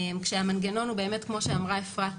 כשהמנגנון הוא באמת כמו שאמרה אפשרת